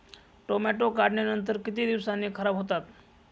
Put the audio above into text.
Tomato काढणीनंतर किती दिवसांनी खराब होतात?